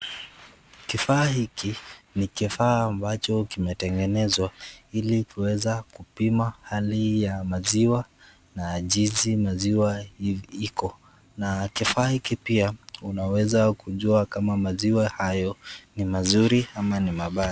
Kifaa hiki ni kifaa ambacho kimetengenezwa ili kuweza aliyepima hii ya maziwa na jinsi maziwa iko na kifaa hiki pia kinaweza kujua kama maziwa hayo ni mazuri ama ni mabaya.